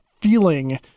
feeling